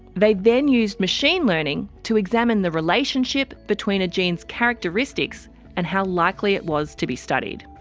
they then used machine learning to examine the relationship between a gene's characteristics and how likely it was to be studied.